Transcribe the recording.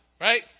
right